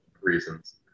reasons